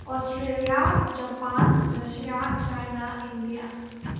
Australia Japan Russia China India